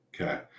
Okay